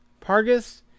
Pargas